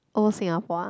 old Singapore ah